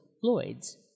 Floyd's